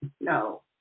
No